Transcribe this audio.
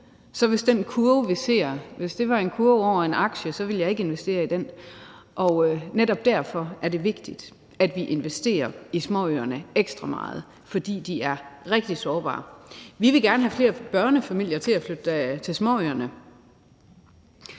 at hvis den kurve, vi ser, var en kurve over en aktie, ville jeg ikke investere i den, og netop derfor er det vigtigt, at vi investerer i småøerne ekstra meget, fordi de er rigtig sårbare. Vi vil gerne have flere børnefamilier til at flytte til småøerne.